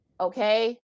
Okay